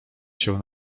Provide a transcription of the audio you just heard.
się